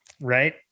Right